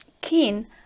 keen